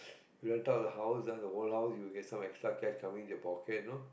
you rent out the house down the wall now you'll get some extra cash coming into your pocket no